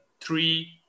three